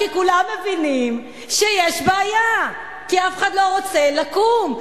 כי כולם מבינים שיש בעיה, כי אף אחד לא רוצה לקום.